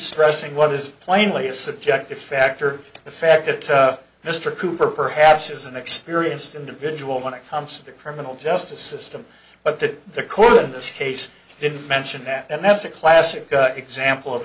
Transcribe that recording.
stressing what is plainly a subjective factor the fact that mr cooper perhaps is an experienced individual when it comes to criminal justice system but that the court in this case didn't mention that and that's a classic example of